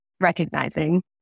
recognizing